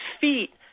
feet